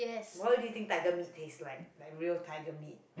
what do you think tiger meat taste like like real tiger meat